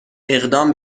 اقدام